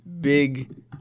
Big